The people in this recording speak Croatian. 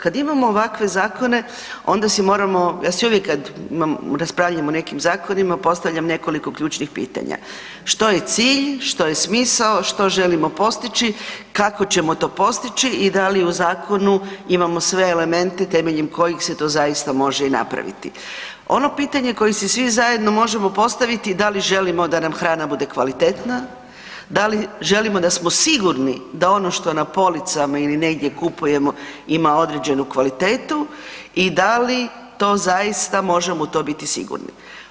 Kad imamo ovakve zakone, onda si moramo, ja si uvijek kad imam, raspravljamo o nekim zakonima postavljam nekoliko ključnih pitanja, što je cilj, što je smisao, što želimo postići, kako ćemo to postići i da li u zakonu imamo sve elemente temeljem kojih se to zaista može i napraviti. ono pitanje koje si svi zajedno možemo postaviti, da li želimo da nam hrana bude kvalitetna, da li želimo da smo sigurni da ono što je na policama ili negdje kupujemo ima određenu kvalitetu i da li to zaista možemo u to biti sigurni.